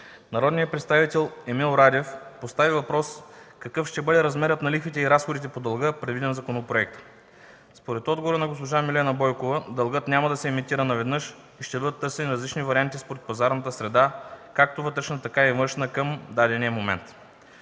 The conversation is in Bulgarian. Народният представител Емил Радев постави въпрос какъв ще бъде размерът на лихвите и разходите по дълга, предвиден в законопроекта. Според отговора на госпожа Милена Бойкова, дългът няма да се емитира наведнъж и ще бъдат търсени различни варианти според пазарната среда, както вътрешна, така и външна, към дадения момент.